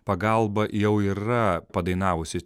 pagalba jau yra padainavusi